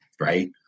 right